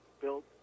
built